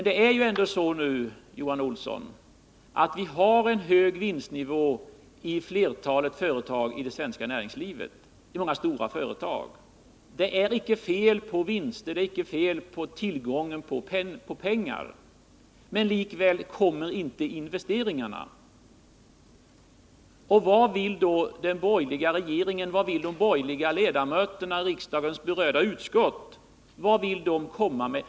Det är ändå så, Johan Olsson, att vi har en hög vinstnivå i flertalet stora företag i det svenska näringslivet. Det saknas inte vinster, det saknas inte tillgång på pengar, men likväl görs det inga investeringar. Vad vill då den borgerliga regeringen, vad vill de borgerliga ledamöterna i riksdagens berörda utskott göra åt det förhållandet?